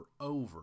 over